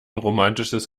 romatisches